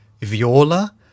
Viola